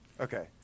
Okay